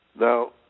Now